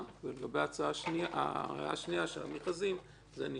לגב ההערה השנייה של המכרזים, זה נשאר פה,